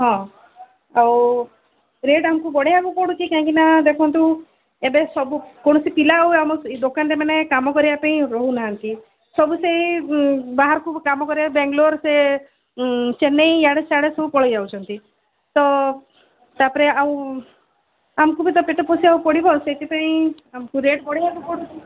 ହଁ ଆଉ ରେଟ୍ ଆମକୁ ବଢ଼େଇବାକୁ ପଡ଼ୁଛି କାହିଁକି ନା ଦେଖନ୍ତୁ ଏବେ ସବୁ କୌଣସି ପିଲା ଆଉ ଆମ ଏଇ ଦୋକାନରେ ମାନେ କାମ କରିବାପାଇଁ ରହୁନାହାଁନ୍ତି ସବୁ ସେଇ ବାହାରକୁ କାମ କରିବାକୁ ବେଙ୍ଗଲୋର୍ ସେ ଚେନ୍ନେଇ ଇଆଡ଼େ ସାଡ଼େ ସବୁ ପଳେଇ ଯାଉଛନ୍ତି ତ ତାପରେ ଆଉ ଆମକୁ ବି ତ ପେଟ ପୋଷିବାକୁ ପଡ଼ିବ ସେଇଥିପାଇଁ ଆମକୁ ରେଟ୍ ବଢ଼ାଇବାକୁ ପଡ଼ୁଛି